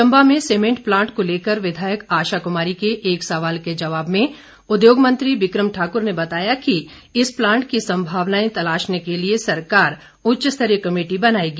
चंबा में cement plant को लेकर विधायक आशा कुमारी के एक सवाल के जवाब में उद्योग मंत्री बिकम ठाकुर ने बताया कि इस प्लांट की संभावनाएं तलाशने के लिए सरकार उच्च स्तरीय कमेटी बनाएगी